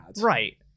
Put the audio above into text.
right